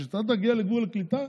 כאשר אתה תגיע לגבול הקליטה,